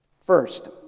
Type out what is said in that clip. First